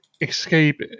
escape